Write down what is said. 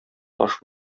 таш